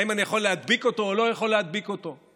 האם אני יכול להדביק אותו או לא יכול להדביק אותו.